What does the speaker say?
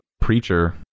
preacher